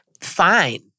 Fine